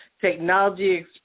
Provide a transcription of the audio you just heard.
Technology